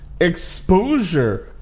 exposure